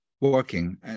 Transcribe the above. working